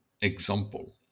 example